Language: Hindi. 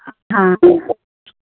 हाँ